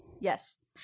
Yes